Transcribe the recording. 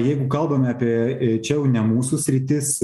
jeigu kalbame apie čia jau ne mūsų sritis